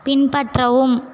பின்பற்றவும்